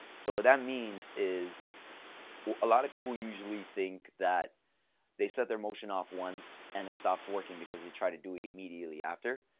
so what that means is a lot of people usually think that they set their motion off once, and it stops working because they try to do it immediately after.